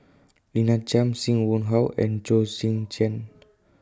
Lina Chiam SIM Wong Hoo and Chong Tze Chien